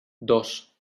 dos